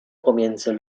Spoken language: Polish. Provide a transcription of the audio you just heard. pomiędzy